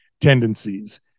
tendencies